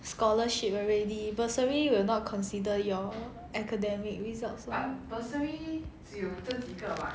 scholarship already bursary will not consider your academic results [one]